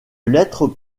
lettre